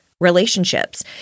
relationships